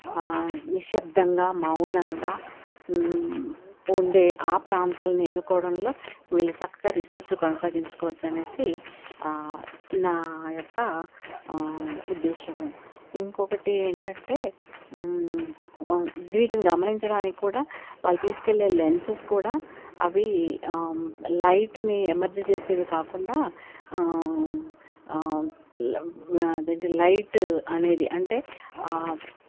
నిశ్శబ్దంగా మౌనంగా ఉండే ఆ ప్రాంతాలను ఎన్నుకోవడంలో వీళ్ళు చక్కగా రీసెర్చ్ కొనసాగించుకోవచ్చు అనేసి నాయొక్క ఉద్దేశము ఇంకొకటి ఏంటంటే వీటిని గమనించడానికి కూడా వాళ్ళు తీసుకెళ్ళే లెన్సెస్ కూడా అవి లైట్ని ఏమర్జ్ చేసేవి కాకుండా అదేంటి లైట్ అనేది అంటే